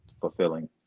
fulfilling